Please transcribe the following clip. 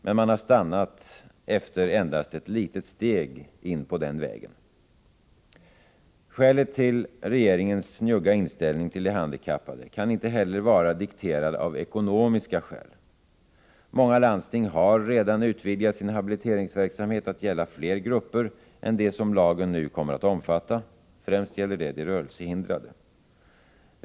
Men man har stannat efter endast ett litet steg in på den vägen. Regeringens njugga inställning till de handikappade kan inte heller vara dikterad av ekonomiska skäl. Många landsting har redan utvidgat sin habiliteringsverksamhet att gälla fler grupper än dem som lagen nu kommer att omfatta. Främst gäller det de rörelsehindrade.